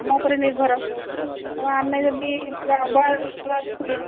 ଆମ ଉପରେ ନିର୍ଭର ତେଣୁ ଆମେ ଯଦି ପୁରା ଅବହେଳା କରିଦେବା